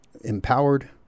empowered